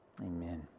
Amen